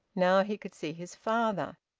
now he could see his father.